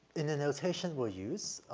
in the notation we'll use